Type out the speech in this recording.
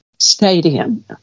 stadium